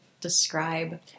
describe